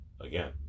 Again